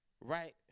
right